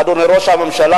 אדוני ראש הממשלה.